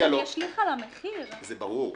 ברור.